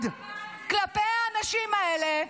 אחד, כלפי האנשים האלה,